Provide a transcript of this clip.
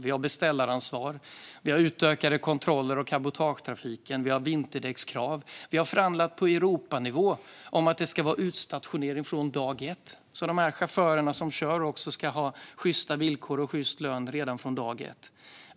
Vi har beställaransvar, utökade kontroller av cabotagetrafiken och vinterdäckskrav. Vi har förhandlat på Europanivå om att det ska vara utstationering från dag ett så att chaufförerna som kör ska ha sjysta villkor och sjyst lön redan från dag ett.